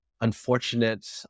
unfortunate